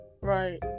Right